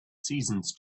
seasons